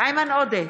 איימן עודה,